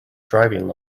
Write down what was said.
driving